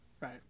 Right